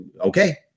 Okay